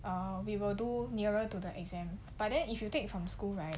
err we will do nearer to the exam but then if you take from school right